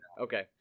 Okay